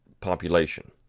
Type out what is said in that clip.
population